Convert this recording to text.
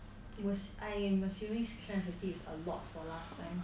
was I am assuming six hundred and fifty is a lot for last time